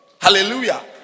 Hallelujah